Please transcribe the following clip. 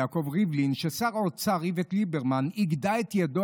יעקב ריבלין: שר האוצר איווט ליברמן יגדע את ידו